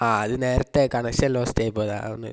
ആ അത് നേരത്തെ കണക്ഷൻ ലോസ്റ്റ് ആയി പോയതാ അതുകൊണ്ടു